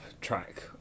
track